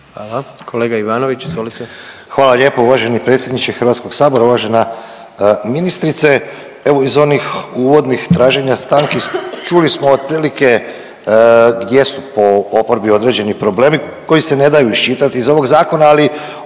izvolite. **Ivanović, Goran (HDZ)** Hvala lijepo uvaženi predsjedniče HS. Uvažena ministrice, evo iz onih uvodnih traženja stanki čuli smo otprilike gdje su po oporbi određeni problemi koji se ne daju iščitat iz ovog zakona, ali